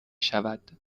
شود